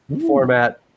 format